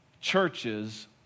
churches